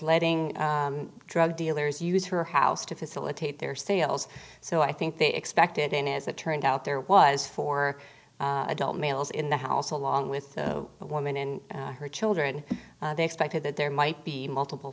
letting drug dealers use her house to facilitate their sales so i think they expected in as it turned out there was four adult males in the house along with a woman and her children they expected that there might be multiple